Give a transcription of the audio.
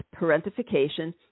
parentification